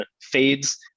fades